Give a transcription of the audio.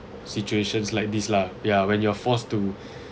situations like this lah ya when you're forced to